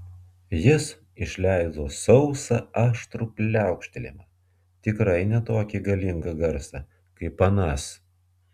jis išleido sausą aštrų pliaukštelėjimą tikrai ne tokį galingą garsą kaip anas